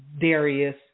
Darius